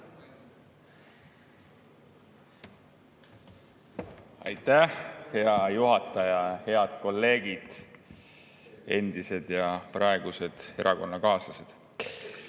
Aitäh, hea juhataja! Head kolleegid, endised ja praegused erakonnakaaslased!